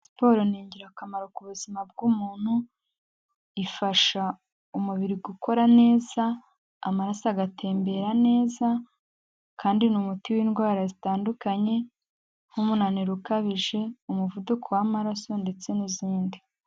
Siporo ni ingirakamaro ku buzima bw'umuntu, ifasha umubiri gukora neza, amaraso agatembera neza kandi ni umuti w'indwara zitandukanye nk'umunaniro ukabije, umuvuduko w'amaraso ndetse n'izindi.